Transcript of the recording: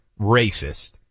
racist